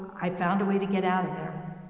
i found a way to get out of there.